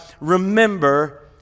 remember